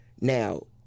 Now